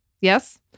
Yes